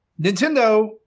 Nintendo